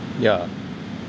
yeah